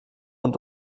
und